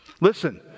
Listen